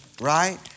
right